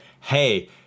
hey